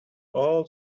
all